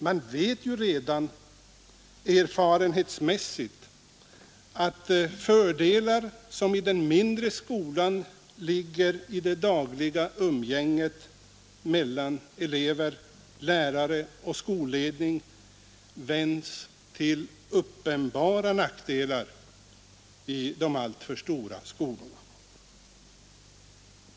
Man vet ju redan erfarenhetsmässigt att de fördelar som i den mindre skolan ligger i det dagliga umgänget mellan elever, lärare och skolledning vänds till uppenbara nackdelar i de alltför stora skolorna.